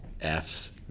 Fs